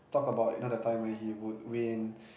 talk about you know that time where he would win